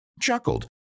chuckled